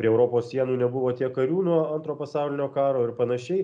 prie europos sienų nebuvo tiek karių nuo antro pasaulinio karo ir panašiai